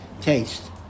taste